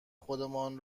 خودمان